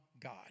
God